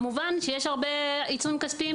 כמובן שיש הרבה עיצומים כספיים